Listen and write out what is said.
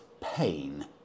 pain